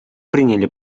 приняли